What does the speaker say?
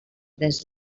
tres